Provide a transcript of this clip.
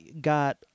got